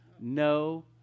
No